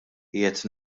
qiegħed